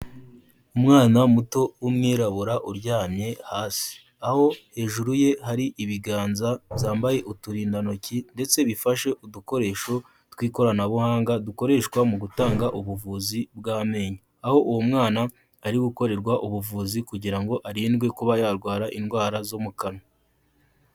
Umwana muto w'umwirabura uryamye hasi. Aho hejuru ye hari ibiganza byambaye uturindantoki ndetse bifashe udukoresho tw'ikoranabuhanga dukoreshwa mu gutanga ubuvuzi bw'amenyo. Aho uwo mwana ari gukorerwa ubuvuzi kugira ngo arindwe kuba yarwara indwara zo mu kanwa.